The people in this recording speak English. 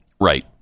Right